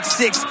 six